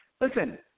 Listen